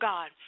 God